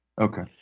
Okay